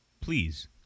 please